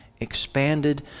expanded